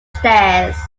stairs